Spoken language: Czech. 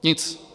Nic.